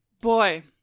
Boy